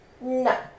No